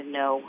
no